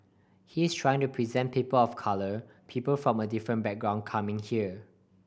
he's trying to present people of colour people from a different background coming here